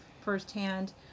firsthand